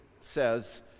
says